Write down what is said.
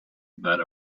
that